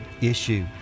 issue